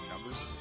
numbers